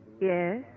Yes